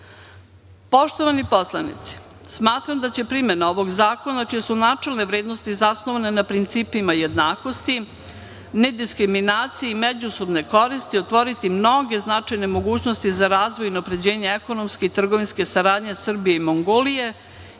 barijera. Poštovani poslanici, smatram da će primena ovog zakona čije su načelne vrednosti zasnovane na principima jednakosti, nediskriminacije i međusobne koristi otvoriti mnoge značajne mogućnosti za razvoj i unapređenje ekonomske i trgovinske saradnje Srbije i Mongolije